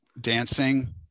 Dancing